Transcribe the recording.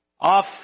Off